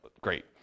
great